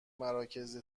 مراکز